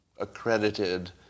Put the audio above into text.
accredited